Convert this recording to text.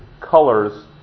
colors